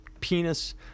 penis